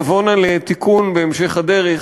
ואני מקווה שגם הן תבואנה לתיקון בהמשך הדרך.